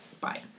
Bye